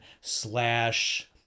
slash